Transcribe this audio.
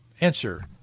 answer